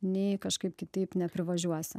nei kažkaip kitaip neprivažiuosi